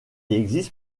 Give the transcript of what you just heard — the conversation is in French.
existe